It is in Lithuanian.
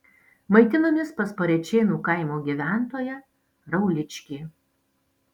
maitinomės pas parėčėnų kaimo gyventoją rauličkį